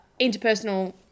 interpersonal